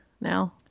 now